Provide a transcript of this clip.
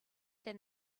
than